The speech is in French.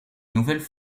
nouvelles